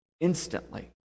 instantly